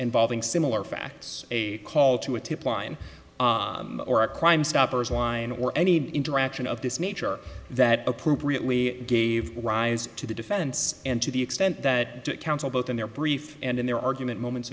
involving similar facts a call to a tip line or a crime stoppers line or any interaction of this nature that appropriately gave rise to the defense and to the extent that to counsel both in their brief and in their argument moments